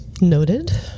Noted